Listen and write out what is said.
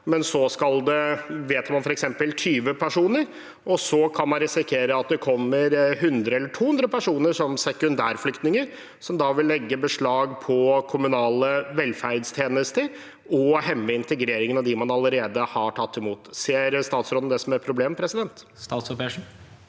vedtar å ta imot f.eks. 20 personer, men så kan man risikere at det kommer 100 eller 200 personer, som sekundærflyktninger, som da vil legge beslag på kommunale velferdstjenester og hemme integreringen av dem man allerede har tatt imot. Ser statsråden det som et problem? Statsråd